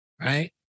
right